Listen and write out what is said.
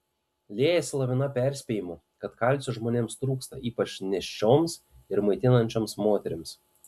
liejasi lavina perspėjimų kad kalcio žmonėms trūksta ypač nėščioms ir maitinančioms moterims